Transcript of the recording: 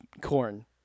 Corn